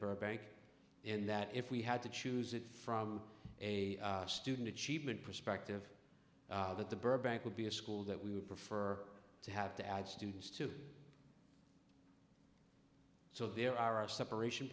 burbank in that if we had to choose it from a student achievement perspective that the burbank would be a school that we would prefer to have to add students to so there are separation